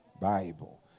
Bible